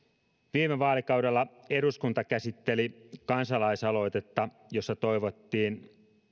viime vaalikaudella eduskunta käsitteli kansalaisaloitetta jossa toivottiin